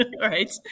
Right